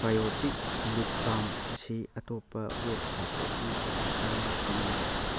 ꯕꯥꯌꯣꯇꯤꯛ ꯂꯤꯞ ꯕꯥꯝ ꯑꯁꯤ ꯑꯇꯣꯞꯄ ꯋꯦꯕꯁꯥꯏꯠꯇꯒꯤ ꯍꯦꯟꯅ ꯇꯥꯡꯕ ꯊꯦꯡꯅꯩ